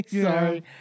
sorry